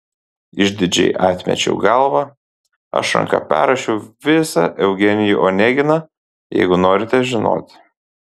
išdidžiai atmečiau galvą aš ranka perrašiau visą eugenijų oneginą jeigu norite žinoti